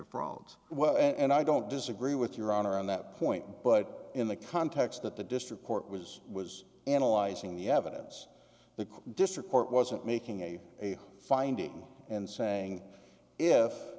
well and i don't disagree with your honor on that point but in the context that the district court was was analyzing the evidence the district court wasn't making a finding and saying